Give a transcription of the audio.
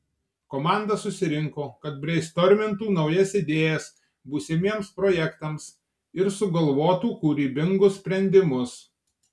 komanda susirinko kad breistormintų naujas idėjas būsimiems projektams ir sugalvotų kūrybingus sprendimus